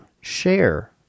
share